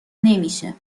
نمیشه